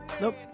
Nope